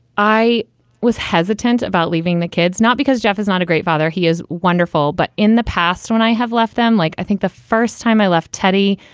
i was hesitant about leaving the kids, not because jeff is not a great father. he is wonderful. but in the past, when i have left them like i think the first time i left teddy,